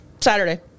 Saturday